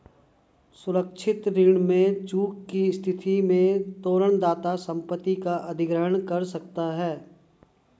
सुरक्षित ऋण में चूक की स्थिति में तोरण दाता संपत्ति का अधिग्रहण कर सकता है